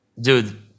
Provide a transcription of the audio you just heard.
dude